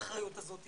האחריות הזאת,